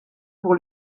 pour